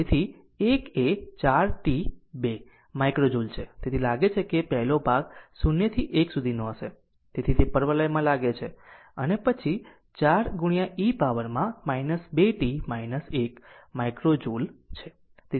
તેથી 1 એ 4 t 2 micro joule છે તેથી લાગે છે કે પહેલો ભાગ 0 થી 1 સુધીનો હશે તેથી તે પરવલયમાં લાગે છે અને પછી 4 e પાવરમાં 2 t 1 માઇક્રો જુલ છે તેથી તેમાં ઘટાડો થાય છે